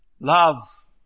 Love